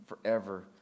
forever